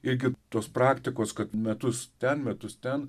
irgi tos praktikos kad metus ten metus ten